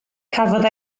cafodd